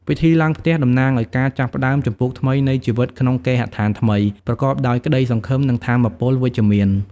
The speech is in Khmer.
ពិធីឡើងផ្ទះតំណាងឲ្យការចាប់ផ្ដើមជំពូកថ្មីនៃជីវិតក្នុងគេហដ្ឋានថ្មី ប្រកបដោយក្ដីសង្ឃឹម និងថាមពលវិជ្ជមាន។